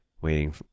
waiting